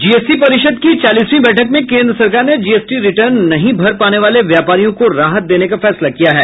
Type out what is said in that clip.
GST परिषद की चालीसवीं बैठक में केंद्र सरकार ने जीएसटी रिटर्न नहीं भर पाने वाले व्यापारियों को राहत देने का फैसला किया है